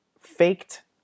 faked